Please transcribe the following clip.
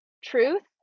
truth